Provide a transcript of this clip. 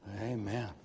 Amen